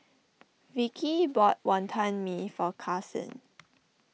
Vicki bought Wonton Mee for Karsyn